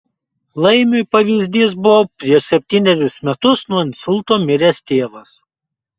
laimiui pavyzdys buvo prieš septynerius metus nuo insulto miręs tėvas